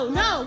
no